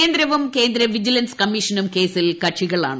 കേന്ദ്രവും കേന്ദ്ര വിജിലൻസ് കമ്മീഷനും കേസിൽ കക്ഷികളാണ്